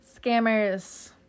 Scammers